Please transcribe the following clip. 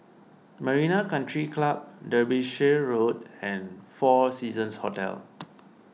Marina Country Club Derbyshire Road and four Seasons Hotel